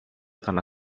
karena